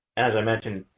as i mentioned,